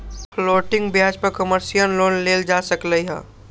floating ब्याज पर commercial loan लेल जा सकलई ह